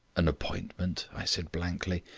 an appointment! i said blankly.